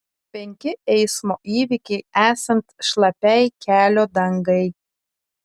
penki eismo įvykiai esant šlapiai kelio dangai